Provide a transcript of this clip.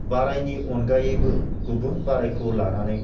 बारायनि अनगायैबो गुबुन बारायखौ लानानै